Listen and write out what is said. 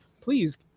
please